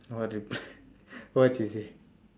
what did what she say